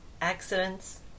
Accidents